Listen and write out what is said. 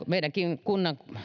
meidänkin kunnan